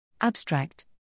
Abstract